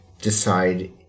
decide